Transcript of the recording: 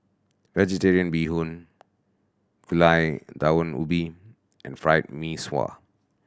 Vegetarian Bee Hoon Gulai Daun Ubi and Fried Mee Sua